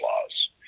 laws